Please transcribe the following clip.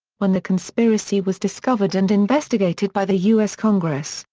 when the conspiracy was discovered and investigated by the us congress,